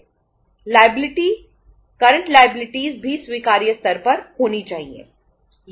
liabilities भी स्वीकार्य स्तर पर होनी चाहिए